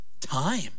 time